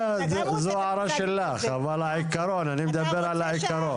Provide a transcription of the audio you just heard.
זו הערה שלך, אבל העיקרון, אני מדבר על העיקרון.